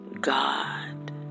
God